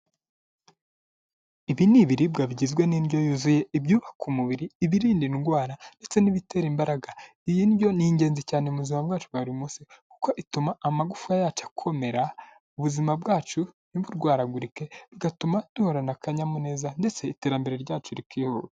Ibi ni ibiribwa bigizwe n'indyo yuzuye, ibyubaka umubiri, ibirinda indwara ndetse n'ibitera imbaraga, iyi ndyo ni ingenzi cyane mu buzima bwacu bwa munsi kuko ituma amagufwa yacu akomera, ubuzima bwacu ntiburwaragurike, bigatuma duhorana akanyamuneza ndetse iterambere ryacu rikihuta.